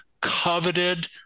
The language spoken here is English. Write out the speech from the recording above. coveted